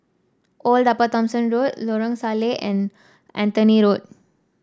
Old Upper Thomson Road Lorong Salleh and Anthony Road